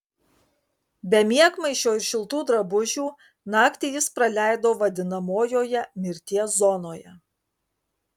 be miegmaišio ir šiltų drabužių naktį jis praleido vadinamojoje mirties zonoje